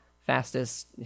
fastest